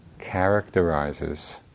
characterizes